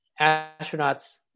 astronauts